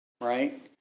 right